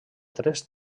tres